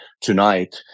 tonight